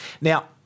Now